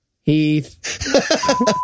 Heath